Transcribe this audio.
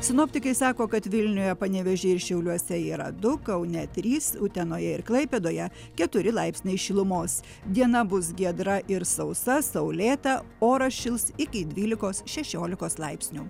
sinoptikai sako kad vilniuje panevėžyje ir šiauliuose yra du kaune trys utenoje ir klaipėdoje keturi laipsniai šilumos diena bus giedra ir sausa saulėta oras šils iki dvylikos šešiolikos laipsnių